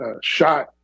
shot